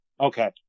Okay